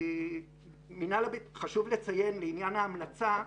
חשוב לציין לעניין ההמלצה,